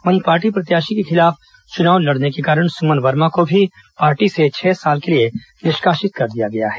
वहीं पार्टी प्रत्याशी के खिलाफ चुनाव लड़ने के कारण सुमन वर्मा को भी पार्टी से छह साल के लिए निष्कासित कर दिया गया है